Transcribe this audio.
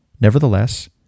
Nevertheless